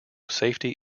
safety